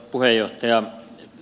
arvoisa puheenjohtaja